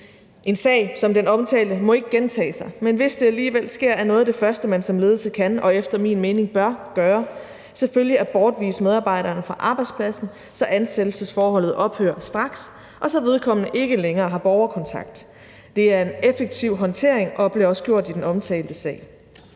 En sag, som den omtalte må ikke gentage sig, men hvis det alligevel sker, er noget af det første, man som ledelse kan og efter min mening bør gøre, selvfølgelig at bortvise medarbejderen fra arbejdspladsen, så ansættelsesforholdet ophører straks, og så vedkommende ikke længere har borgerkontakt. Det er en effektiv håndtering, og det blev også gjort i den omtalte sag.